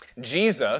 Jesus